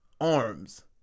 arms